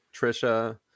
trisha